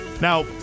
Now